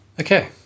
Okay